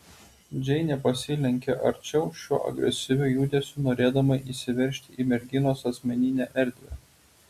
džeinė pasilenkė arčiau šiuo agresyviu judesiu norėdama įsiveržti į merginos asmeninę erdvę